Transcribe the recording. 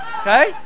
Okay